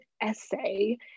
essay